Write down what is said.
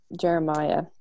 Jeremiah